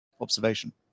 observation